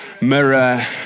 mirror